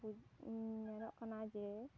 ᱧᱮᱞᱚᱜ ᱠᱟᱱᱟ ᱡᱮ